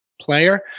player